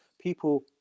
people